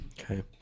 Okay